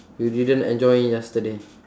you didn't enjoy yesterday